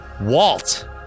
Walt